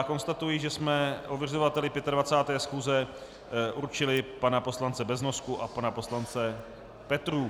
Konstatuji, že jsme ověřovateli 25. schůze určili pana poslance Beznosku a pana poslance Petrů.